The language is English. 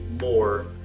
more